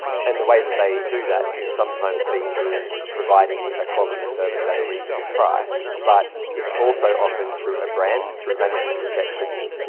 and the way that they do that can sometimes be through providing a quality service at a reasonable price, but it's also offering through a brand, through managing perceptions,